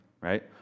right